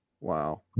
wow